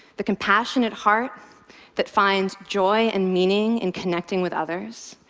the compassionate heart that finds joy and meaning in connecting with others,